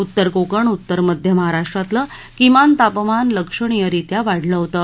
उत्तर कोकण उत्तर मध्य महाराष्ट्रातलं किमान तापमान लक्षणीयरीत्या वाढलं होतं